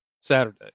Saturday